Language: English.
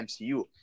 MCU